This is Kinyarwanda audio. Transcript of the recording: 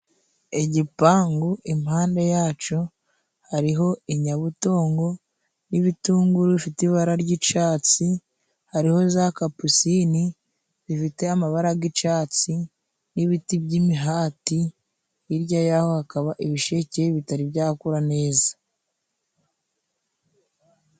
Igipangu impande yaco hariho inyabutongo n'ibitunguru bifite ibara ry'icatsi, hariho za kapusine zifite amabarara g'icatsi n'ibiti by'imihati, hirya yaho hakaba ibisheke bitari byakura neza.